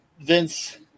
Vince